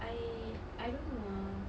I I don't know ah